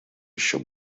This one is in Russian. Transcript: еще